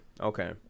Okay